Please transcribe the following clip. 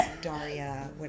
Daria